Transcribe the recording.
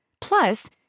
Plus